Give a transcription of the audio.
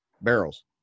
Barrels